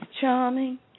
charming